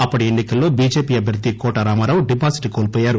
అప్పటి ఎన్సి కల్లో బీజేపీ అభ్వర్ది కోట రామారావు డిపాజిట్ కోల్పోయారు